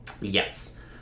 Yes